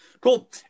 Cool